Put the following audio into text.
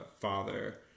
father